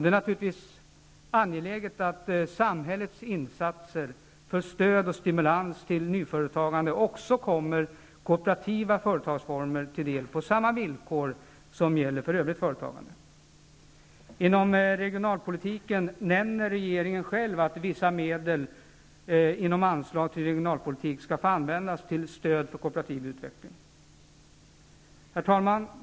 Det är naturligtvis angeläget att samhällets insatser för stöd och stimulans till nyföretagande också kommer kooperativa företagsformer till del, på samma villkor som för övrigt företagande. Inom regionalpolitiken nämner regeringen själv att vissa medel då det gäller anslaget till regionalpolitik skall få användas till stöd för kooperativ utveckling. Herr talman!